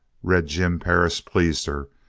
red jim perris pleased her,